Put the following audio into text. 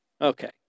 Okay